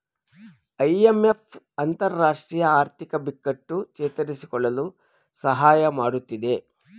IMF ಅಂತರರಾಷ್ಟ್ರೀಯ ಆರ್ಥಿಕ ಬಿಕ್ಕಟ್ಟು ಚೇತರಿಸಿಕೊಳ್ಳಲು ಸಹಾಯ ಮಾಡತ್ತಿದೆ